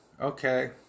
okay